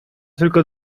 tylko